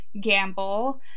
gamble